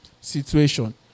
situation